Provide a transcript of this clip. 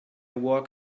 work